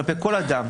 כלפי כל אדם,